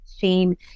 shame